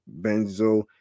benzo